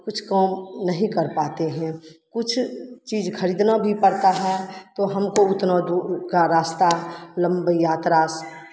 कुछ काम नहीं कर पाते हैं कुछ चीज़ खरीदना भी पड़ता है तो हमको उतना दूर का रास्ता लंबी यात्रा